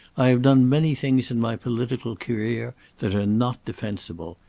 i have done many things in my political career that are not defensible.